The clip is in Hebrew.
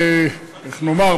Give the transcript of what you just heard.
איך נאמר?